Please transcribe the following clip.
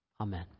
Amen